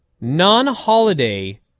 non-holiday